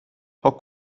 پاک